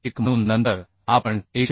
1 म्हणून नंतर आपण 118